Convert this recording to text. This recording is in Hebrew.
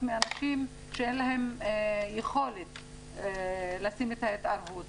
מאנשים שאין להם יכולת לשים את ההתערבות.